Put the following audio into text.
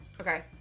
Okay